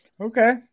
Okay